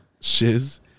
shiz